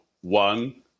one